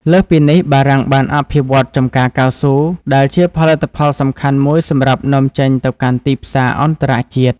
លើសពីនេះ បារាំងបានអភិវឌ្ឍន៍ចម្ការកៅស៊ូ ដែលជាផលិតផលសំខាន់មួយសម្រាប់នាំចេញទៅកាន់ទីផ្សារអន្តរជាតិ។